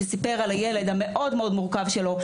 שסיפר על הילד המאוד מאוד מורכב שלו.